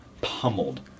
pummeled